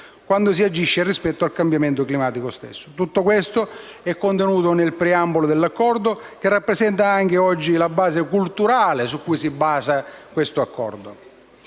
quando si agisce rispetto al cambiamento climatico. Tutto questo è contenuto nel preambolo dell'Accordo, che rappresenta anche la base culturale su cui esso si fonda.